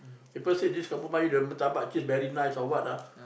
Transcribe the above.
people say this kampung melayu the murtabak cheese very nice or what ah